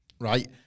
right